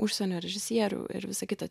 užsienio režisierių ir visa kita